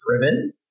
driven